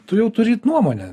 tu jau turi nuomonę